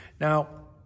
Now